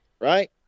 right